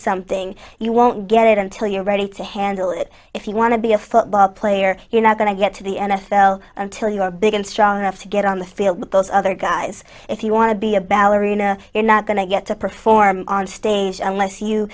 something you won't get it until you're ready to handle it if you want to be a football player you're not going to get to the n f l until you are big and strong enough to get on the field with those other guys if you want to be a ballerina you're not going to get to perform on stage unless you